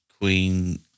queen